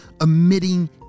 emitting